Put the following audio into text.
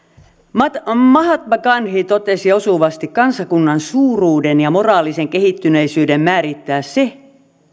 mahatma gandhi totesi osuvasti kansakunnan suuruuden ja moraalisen kehittyneisyyden määrittää se